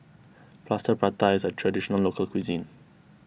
Plaster Prata is a Traditional Local Cuisine